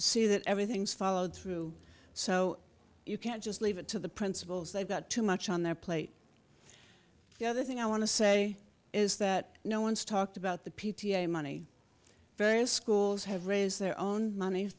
see that everything's followed through so you can't just leave it to the principals they've got too much on their plate the other thing i want to say is that no one's talked about the p t a money very schools have raised their own money